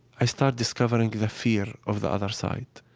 i start discovering the fear of the other side.